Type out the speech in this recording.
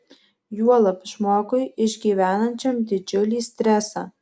juolab žmogui išgyvenančiam didžiulį stresą